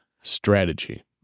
strategy